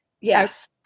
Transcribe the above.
Yes